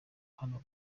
hano